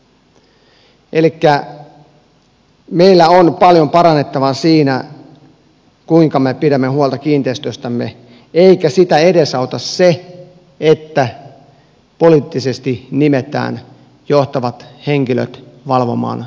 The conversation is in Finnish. elikkä meillä on paljon parannettavaa siinä kuinka me pidämme huolta kiinteistöistämme eikä sitä edesauta se että poliittisesti nimetään johtavat henkilöt valvomaan sitä tehtävää